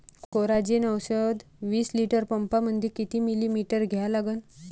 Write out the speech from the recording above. Coragen औषध विस litre पंपामंदी किती मिलीमिटर घ्या लागन?